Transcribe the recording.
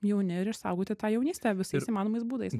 jauni ir išsaugoti tą jaunystę visais įmanomais būdais